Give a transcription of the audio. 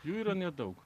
jų yra nedaug